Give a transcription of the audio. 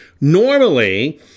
Normally